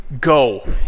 go